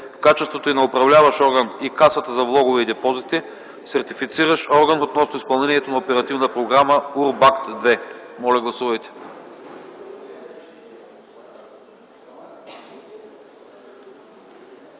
в качеството й на управляващ орган и Касата за влогове и депозити – Сертифициращ орган, относно изпълнението на Оперативна програма „УРБАКТ ІІ”. Гласували